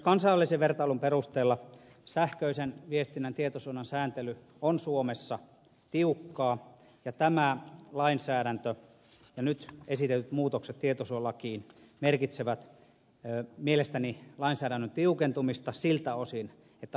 myös kansainvälisen vertailun perusteella sähköisen viestinnän tietosuojan sääntely on suomessa tiukkaa ja tämä lainsäädäntö ja nyt esitetyt muutokset tietosuojalakiin merkitsevät mielestäni lainsäädännön tiukentumista siltä osin että lainsäädäntö selkeytyy